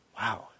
Wow